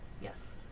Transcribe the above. Yes